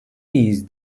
miyiz